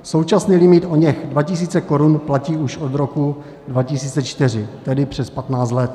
Současný limit, oněch 2 tisíce korun, platí už od roku 2004, tedy přes 15 let.